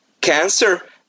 cancer